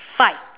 fight